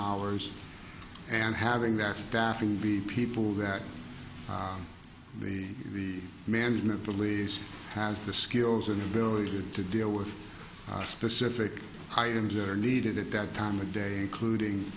hours and having that staffing be people that the management police has the skills and ability to to deal with specific items that are needed at that time of day including